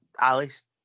Alice